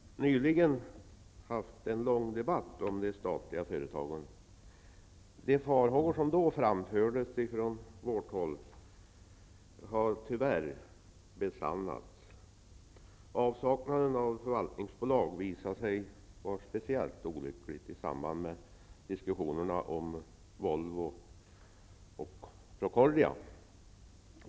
Fru talman! Vi har nyligen haft en lång debatt om de statliga företagen. De farhågor som då framfördes från vårt håll har tyvärr besannats. Avsaknaden av förvaltningsbolag visade sig vara speciellt olycklig i samband med diskussionerna om Volvo och Procordia.